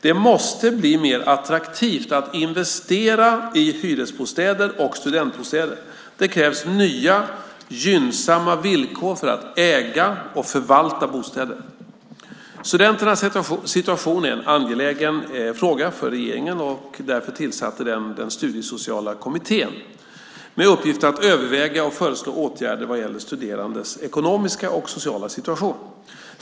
Det måste bli mer attraktivt att investera i hyresbostäder och studentbostäder, och det krävs nya gynnsamma villkor för att äga och förvalta bostäder. Studenternas situation är en angelägen fråga för regeringen som därför tillsatte Studiesociala kommittén, U 2007:13, med uppgift att överväga och föreslå åtgärder vad gäller studerandes ekonomiska och sociala situation.